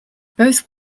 both